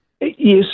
Yes